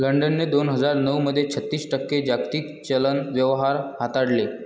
लंडनने दोन हजार नऊ मध्ये छत्तीस टक्के जागतिक चलन व्यवहार हाताळले